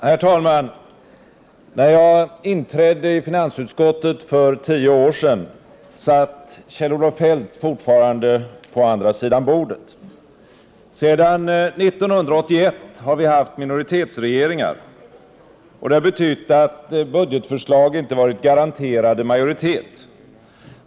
Herr talman! När jag inträdde i finansutskottet för tio år sedan, satt Kjell-Olof Feldt fortfarande på andra sidan bordet. Sedan 1981 har vi haft minoritetsregeringar, vilket betytt att budgetförslag inte varit garanterade majoritet.